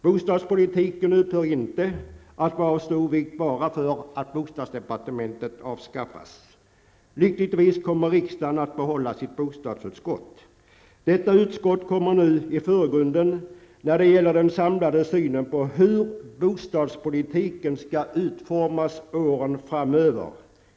Bostadspolitiken upphör inte att vara av stor vikt bara för att bostadsdepartementet avskaffas. Lyckligtvis kommer riksdagen att behålla sitt bostadsutskott. Detta utskott kommer nu i förgrunden när det gäller den samlade synen på hur bostadspolitiken skall utformas åren framöver.